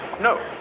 No